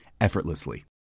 effortlessly